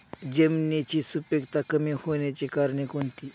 जमिनीची सुपिकता कमी होण्याची कारणे कोणती?